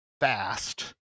fast